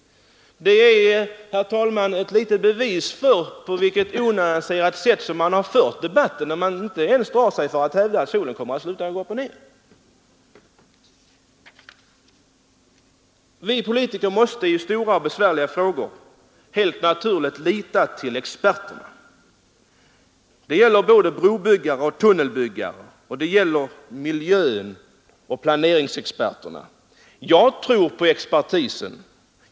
Det är, herr talman, ett litet bevis för på vilket onyanserat sätt som man har fört debatten när man inte ens drar sig för att hävda att solen kommer att sluta att gå upp och ned. Vi politiker måste i stora och besvärliga frågor helt naturligt lita till experter. Detta gäller både brobyggare och tunnelbuggare, och det gäller miljöoch planeringsexperterna. Jag tror på expertisen.